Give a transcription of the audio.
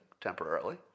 temporarily